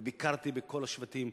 וביקרתי בכל השבטים.